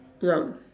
yup